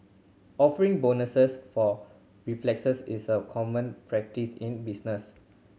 offering bonuses for reflexes is a common practice in business